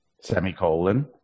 semicolon